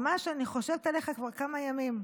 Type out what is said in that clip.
ממש אני חושבת עליך כבר כמה ימים.